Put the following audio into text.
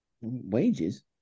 wages